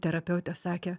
terapeutė sakė